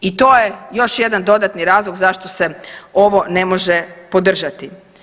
I to je još jedan dodatni razlog zašto se ovo ne može podržati.